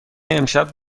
امشب